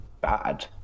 bad